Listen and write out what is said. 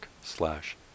slash